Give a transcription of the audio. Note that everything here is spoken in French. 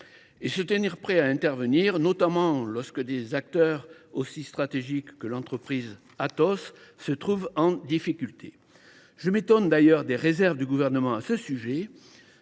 et se tenir prêt à intervenir, en particulier lorsque des acteurs aussi stratégiques que l’entreprise Atos se trouvent en difficulté. Je m’étonne d’ailleurs des réserves du Gouvernement dans ce